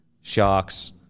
Sharks